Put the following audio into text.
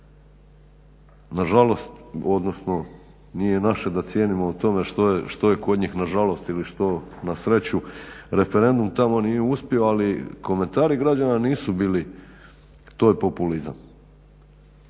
Nažalost, odnosno nije naše da cijenimo o tome što je kod njih nažalost ili što na sreću, referendum tamo nije uspio ali komentari građana nisu bili to je populizam.